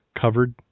covered